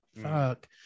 Fuck